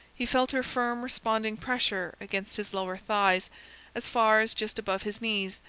he felt her firm responding pressure against his lower thighs as far as just above his knees,